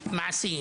מעשי?